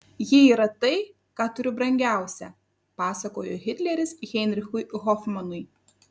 ji yra tai ką turiu brangiausia pasakojo hitleris heinrichui hofmanui